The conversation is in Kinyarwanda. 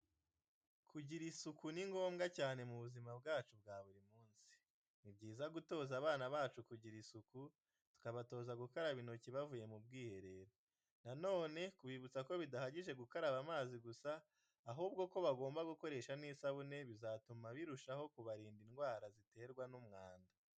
Kugira isuku ni ngombwa cyane mu buzima bwacu bwa buri munsi. Ni byiza gutoza abana bacu kugira isuku, tukabatoza gukaraba intoki bavuye mu bwiherero. Na none kubibutsa ko bidahagije gukaraba amazi gusa, ahubwo ko bagomba gukoresha n'isabune bizatuma birushaho kubarinda indwara ziterwa n'umwanda.